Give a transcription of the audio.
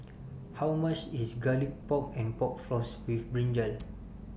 How much IS Garlic Pork and Pork Floss with Brinjal